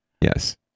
Yes